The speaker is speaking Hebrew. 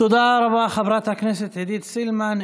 תודה רבה, חברת הכנסת עידית סילמן.